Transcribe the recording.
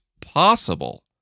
possible